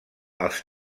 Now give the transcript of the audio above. els